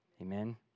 Amen